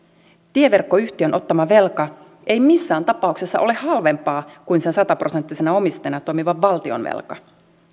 tieverkkoyhtiön ottama velka ei missään tapauksessa ole halvempaa kuin sen sataprosenttisena omistajana toimivan valtion velka ja